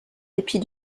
dépit